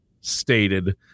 stated